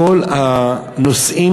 כל הנושאים,